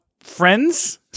friends